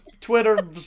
Twitter